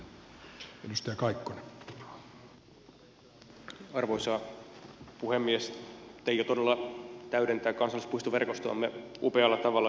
teijo todella täydentää kansallispuistoverkostoamme upealla tavalla